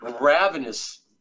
ravenous